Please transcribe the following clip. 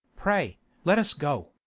pray let's go.